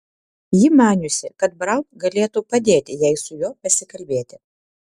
ji maniusi kad braun galėtų padėti jai su juo pasikalbėti